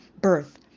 birth